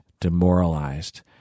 demoralized